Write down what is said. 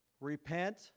repent